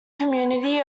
community